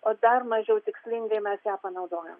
o dar mažiau tikslingai mes ją panaudojam